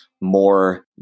more